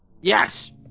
Yes